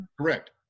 Correct